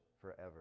forever